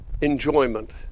enjoyment